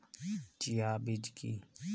Chia বীজ কী?